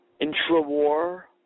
intra-war